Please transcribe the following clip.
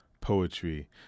Poetry